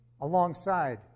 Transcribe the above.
alongside